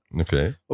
okay